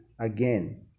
again